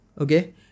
okay